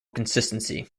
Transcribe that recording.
consistency